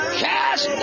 cast